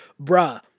bruh